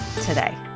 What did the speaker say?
today